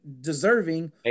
deserving